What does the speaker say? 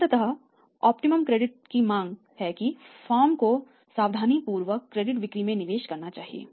अंततः इष्टतम क्रेडिट नीति की मांग है कि फर्म को सावधानीपूर्वक क्रेडिट बिक्री में निवेश करना चाहिए